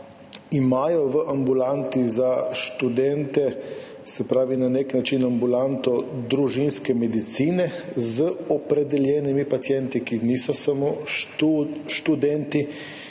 imajo v ambulanti za študente, se pravi na nek način ambulanto družinske medicine z opredeljenimi pacienti, ki niso samo študenti,